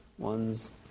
one's